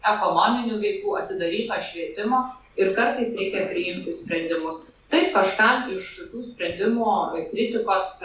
ekonominių veikų atidaryto švietimo ir kartais reikia priimti sprendimus taip kažkam iš sprendimo kritikos